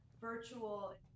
virtual